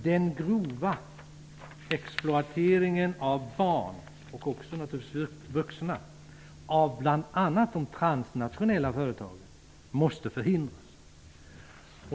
Den grova exploateringen av främst barn men naturligtvis även av vuxna av bl.a. de transnationella företagen måste förhindras.